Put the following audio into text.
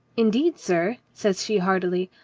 indeed, sir, says she heartily,